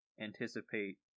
anticipate